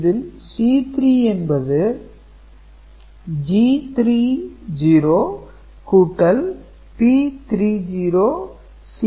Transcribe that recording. இதில் C3 என்பது G3 - 0 கூட்டல் P3 0 C 1